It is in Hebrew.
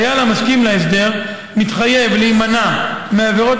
חייל שמסכים להסדר מתחייב להימנע מעבירות